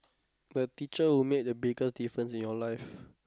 the teacher who make the biggest difference in your life